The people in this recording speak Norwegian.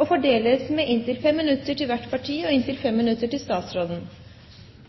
og fordeles med inntil 5 minutter til hvert parti og inntil 5 minutter til statsråden.